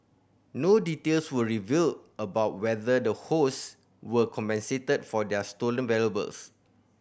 no details were revealed about whether the host were compensated for their stolen valuables